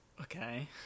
Okay